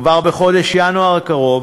כבר בחודש ינואר הקרוב